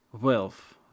wealth